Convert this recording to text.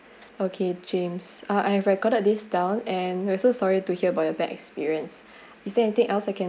okay james uh I have recorded this down and we're so sorry to hear about your bad experience is there anything else I can